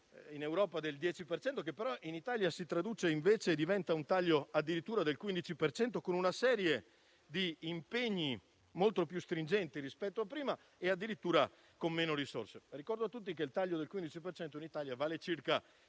in Europa del 10 per cento, che però in Italia si traduce in un taglio addirittura del 15 per cento, con una serie di impegni molto più stringenti rispetto a prima e addirittura con meno risorse. Ricordo a tutti che il taglio del 15 per cento in Italia vale circa